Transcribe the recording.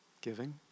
giving